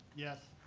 yes.